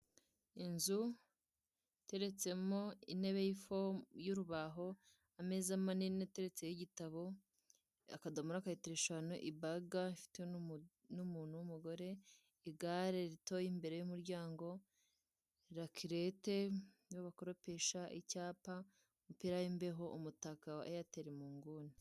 Inzu iteretsemo intebe y'urubaho, ameza manini ateretseho igitabo, akadomora ka ritiro eshanu, ibaga ifitwe n'umuntu w'umugore, igare ritoya imbere y'umuryango, rakirete imwe bakoropesha, icyapa, umupira w'imbeho, umutaka wa Airtel mu nguni.